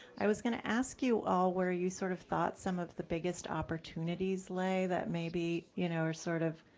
i was gonna ask you all where you sort of thought some of the biggest opportunities lay that maybe, you know, are sort of,